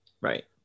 right